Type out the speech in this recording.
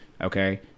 Okay